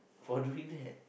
for doing that